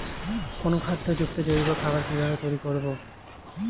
অনুখাদ্য যুক্ত জৈব খাবার কিভাবে তৈরি করব?